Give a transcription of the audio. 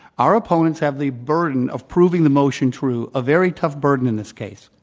our opponents have the burden of proving the motion through a very tough burden in this case.